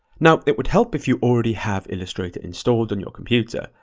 now, it would help if you already have illustrator installed in your computer.